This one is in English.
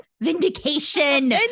Vindication